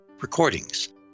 recordings